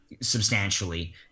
Substantially